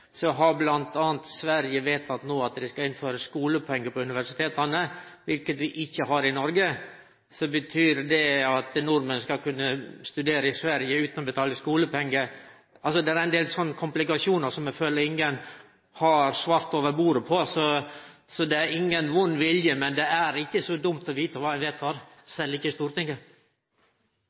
har bl.a. Sverige no vedteke at dei skal innføre skolepengar på universiteta – noko vi ikkje har i Noreg. Betyr det at nordmenn skal kunne studere i Sverige utan å betale skolepengar? Det er ein del sånne komplikasjonar som eg føler at ingen har svart over bordet på. Det er ingen vond vilje, men det er ikkje så dumt å vite kva ein vedtek – sjølv ikkje i Stortinget.